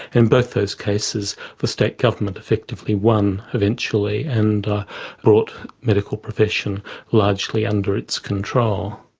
and both those cases the state government effectively won eventually, and brought medical profession largely under its control.